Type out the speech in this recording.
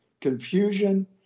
confusion